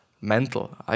mental